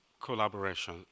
collaboration